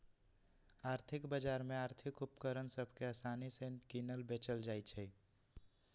आर्थिक बजार में आर्थिक उपकरण सभ के असानि से किनल बेचल जाइ छइ